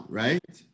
right